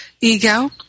Ego